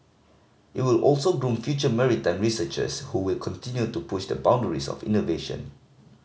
it will also groom future maritime researchers who will continue to push the boundaries of innovation